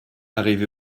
arrivé